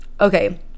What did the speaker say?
Okay